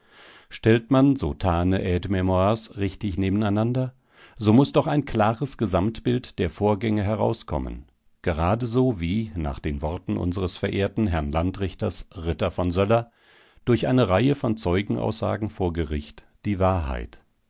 stellt man sotane aidemmoires richtig nebeneinander so muß doch ein klares gesamtbild der vorgänge herauskommen geradeso wie nach den worten unseres verehrten herrn landrichters ritter von söller durch eine reihe von zeugenaussagen vor gericht die wahrheit